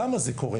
למה זה קורה?